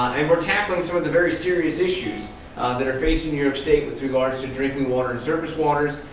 and we're tackling some of the very serious issues that are facing new york state with regards to drinking water and surface waters.